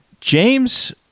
James